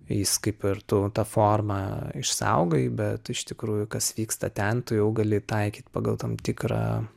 jis kaip ir tu tą formą išsaugai bet iš tikrųjų kas vyksta ten tu jau gali taikyt pagal tam tikrą